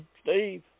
Steve